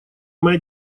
моя